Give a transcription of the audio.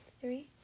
three